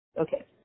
Okay